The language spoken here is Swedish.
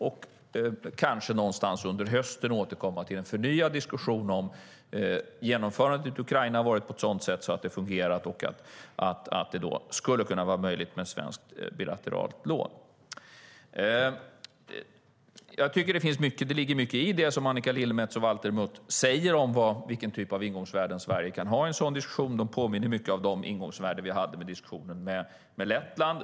Kanske återkommer vi någon gång under hösten till en förnyad diskussion om genomförandet i Ukraina har fungerat och att det då skulle kunna vara möjligt med ett svenskt bilateralt lån. Det ligger mycket i det som Annika Lillemets och Valter Mutt säger om vilken typ av ingångsvärden Sverige kan ha i en sådan diskussion. De påminner mycket om de ingångsvärden vi hade i diskussionen med Lettland.